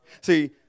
See